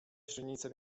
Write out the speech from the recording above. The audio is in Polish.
źrenice